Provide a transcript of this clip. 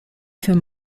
für